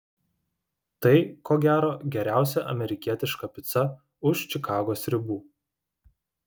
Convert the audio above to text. tai ko gero geriausia amerikietiška pica už čikagos ribų